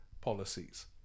policies